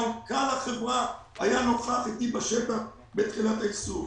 מנכ"ל החברה היה נוכח איתי בשטח בתחילת האיסוף.